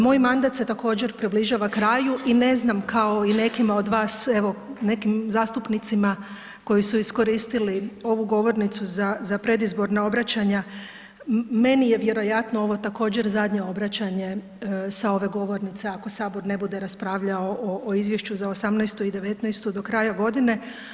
Moj mandat se također, približava kraju i ne znam kao i nekima od vas, evo, nekim zastupnicima koji su iskoristili ovu govornicu za predizborna obraćanja, meni je vjerojatno ovo također, zadnje obraćanje sa ove govornice, ako Sabor ne bude raspravljao o Izvješću za '18. i '19. do kraja godine.